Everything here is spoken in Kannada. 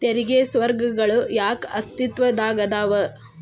ತೆರಿಗೆ ಸ್ವರ್ಗಗಳ ಯಾಕ ಅಸ್ತಿತ್ವದಾಗದವ